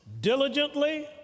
diligently